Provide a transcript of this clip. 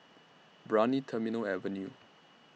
Brani Terminal Avenue